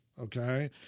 Okay